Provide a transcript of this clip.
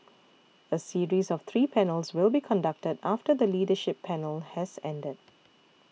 a series of three panels will be conducted after the leadership panel has ended